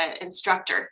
instructor